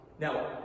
Now